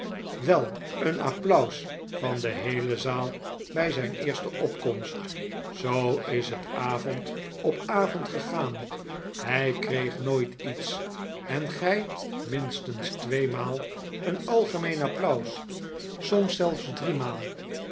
wel een applaus van de heele zaal bij zijn eerste opkomst zoo is het avond op avond gegaan hij kreeg nooit iets en gij minstens tweemaal een algemeen applaus soms zelfs driemaal